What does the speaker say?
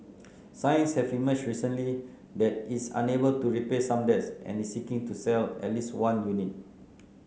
signs have emerged recently that it's unable to repay some debts and is seeking to sell at least one unit